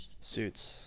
Suits